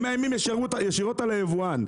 הם מאיימים ישירות על היבואן,